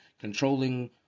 Controlling